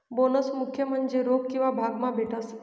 bonus मुख्य म्हन्जे रोक किंवा भाग मा भेटस